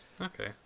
Okay